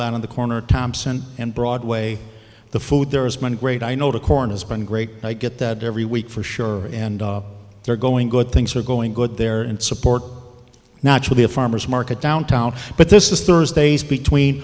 lot on the corner thompson and broadway the food there is money great i know to corn has been great i get that every week for sure and they're going good things are going good there and support not to be a farmer's market downtown but this is thursday's between